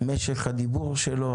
משך הדיבור שלו,